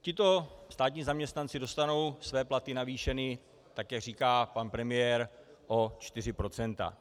Tito státní zaměstnanci dostanou své platy navýšeny, tak jak říká pan premiér, o 4 %.